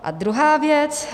A druhá věc.